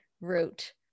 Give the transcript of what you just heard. Root